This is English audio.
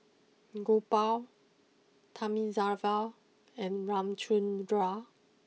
Gopal Thamizhavel and Ramchundra